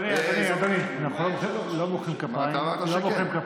אדוני, אדוני, לא מוחאים כפיים.